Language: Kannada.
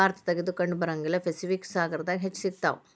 ಭಾರತದಾಗ ಇದು ಕಂಡಬರಂಗಿಲ್ಲಾ ಪೆಸಿಫಿಕ್ ಸಾಗರದಾಗ ಹೆಚ್ಚ ಸಿಗತಾವ